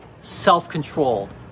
self-controlled